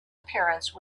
appearance